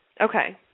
Okay